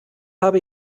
habe